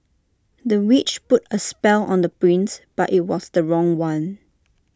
the witch put A spell on the prince but IT was the wrong one